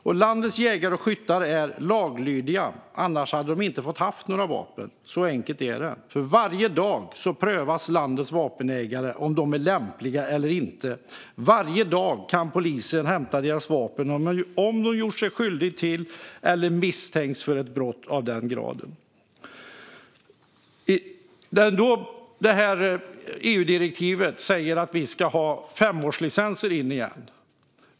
Och landets jägare och skyttar är laglydiga, annars hade de inte fått ha några vapen - så enkelt är det. Varje dag prövas om landets vapenägare är lämpliga eller inte. Varje dag kan polisen hämta deras vapen om de gjort sig skyldiga till eller misstänks för ett brott. EU-direktivet säger att vi ska ha femårslicenser igen.